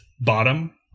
bottom